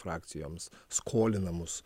frakcijoms skolinamus